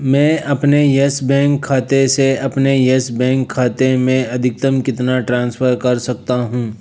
मैं अपने Yes Bank खाते से अपने येस बैंक खाते में अधिकतम कितना ट्रांसफ़र कर सकता हूँ